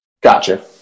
Gotcha